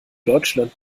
deutschland